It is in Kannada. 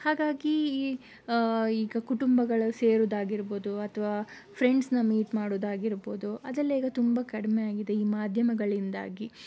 ಹಾಗಾಗಿ ಈ ಈಗ ಕುಟುಂಬಗಳು ಸೇರೋದಾಗಿರಬಹುದು ಅಥವಾ ಫ್ರೆಂಡ್ಸ್ನ ಮೀಟ್ ಮಾಡೋದಾಗಿರಬಹುದು ಅದೆಲ್ಲ ಈಗ ತುಂಬ ಕಡಿಮೆ ಆಗಿದೆ ಈ ಮಾಧ್ಯಮಗಳಿಂದಾಗಿ